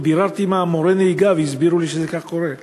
ביררתי עם מורי הנהיגה והסבירו לי שכך קורה.